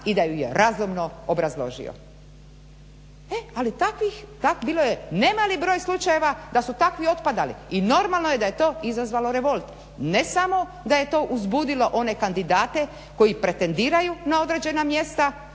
i da ju je razorno obrazložio. E ali takvih bilo ne nemali broj slučajeva da su takvi otpadali i normalno je da to izazvalo revolt. Ne samo da je to uzbudilo one kandidate koji pretendiraju na određenja mjesta